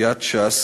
סיעת ש"ס,